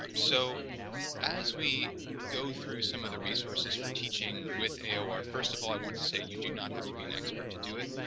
um so as we go through some of the resources for teaching with aor first of all i want to say you do not have to be an expert to do it.